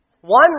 One